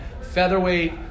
featherweight